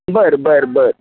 बर बर बर